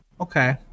Okay